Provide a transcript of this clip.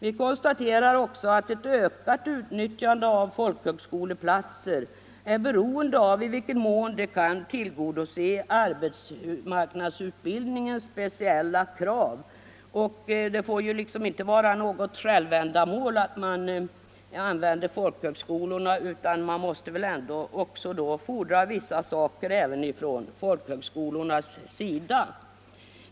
Vi konstaterar också att ett ökat utnyttjande av folkhögskoleplatser är beroende av i vilken mån folkhögskolorna kan tillgodose arbetsmarknadsutbildningens speciella krav; det får ju inte vara ett självändamål att använda folkhögskolorna, utan man måste väl i så fall också fordra en del av folkhögskolorna.